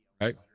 Right